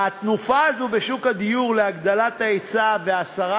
התנופה הזאת בשוק הדיור להגדלת ההיצע והסרת